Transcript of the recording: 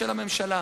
של הממשלה.